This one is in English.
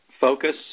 focus